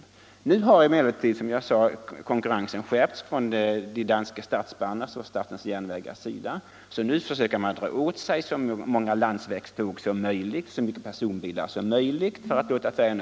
järnvägsförbindelse Nu har emellertid, som sagt, konkurrensen skärpts från De danske mellan Helsingborg Statsbaners och statens järnvägars sida, och de försöker dra åt sig så och Helsingör, många landsvägståg och personbilar som möjligt för att fylla färjorna.